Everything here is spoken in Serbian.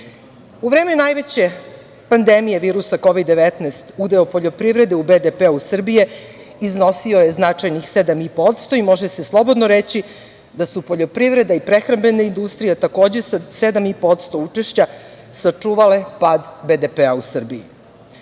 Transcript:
U vreme najveće pandemije virusa Kovid19, udeo poljoprivrede u BDP Srbije, iznosio je značajnih 7,5% i može se slobodno reći da su poljoprivreda i prehrambena industrija, takođe sa 7,5% učešća, sačuvale pad BDP-a u Srbiji. To